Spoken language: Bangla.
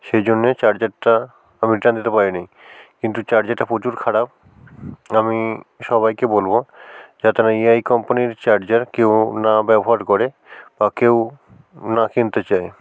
সেই জন্য চার্জারটা আমি রিটার্ন দিতে পারিনি কিন্তু চার্জারটা প্রচুর খারাপ আমি সবাইকে বলব যাতে না ইআই কোম্পানির চার্জার কেউ না ব্যবহার করে বা কেউ না কিনতে চায়